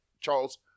Charles